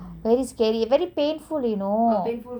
very scary very painful you know